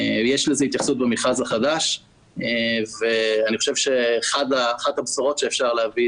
יש לזה התייחסות במכרז החדש ואני חושב שאחת הבשורות שאפשר להביא